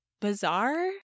bizarre